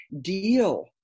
deal